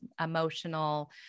emotional